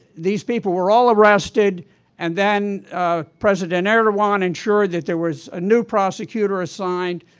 these people were all arrested and then president erdogan ensured that there was a new prosecutor assigned,